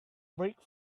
brick